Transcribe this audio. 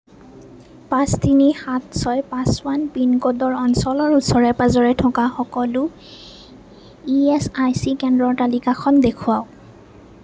পাঁচ তিনি সাত ছয় পাঁচ ওৱান পিন ক'ডৰ অঞ্চলৰ ওচৰে পাঁজৰে থকা সকলো ই এচ আই চি কেন্দ্ৰৰ তালিকাখন দেখুৱাওক